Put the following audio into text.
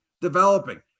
developing